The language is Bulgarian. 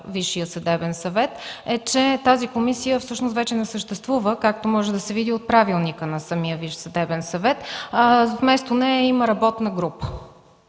Висшия съдебен съвет, е, че тази комисия всъщност вече не съществува, както може да се види от Правилника на самия Висш съдебен съвет, и вместо нея има работна група.